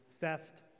Theft